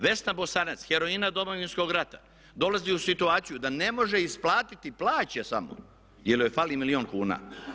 Vesna Bosanac, heroina Domovinskog rata dolazi u situaciju da ne može isplatiti plaće samo jer joj fali milijun kuna.